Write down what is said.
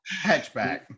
hatchback